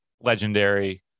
legendary